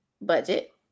budget